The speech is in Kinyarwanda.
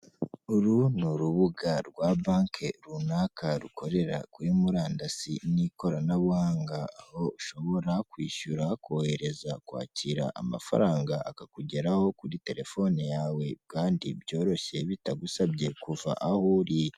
Uru ni urubuga rwa banki runaka, rukorera kuri murandasi n'ikoranabuhanga, aho ushobora kwishyura, kohereza, kwakira amafaranga, akakugeraho kuri telefone yawe kandi byoroshye bitagusabye kuva aho uririra.